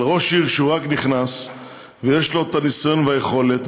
אבל ראש עיר שרק נכנס ויש לו הניסיון והיכולת,